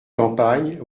campagne